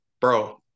bro